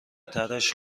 ترِش